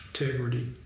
Integrity